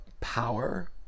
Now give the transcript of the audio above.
power